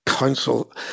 Council